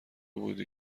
بودی